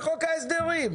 בחוק ההסדרים.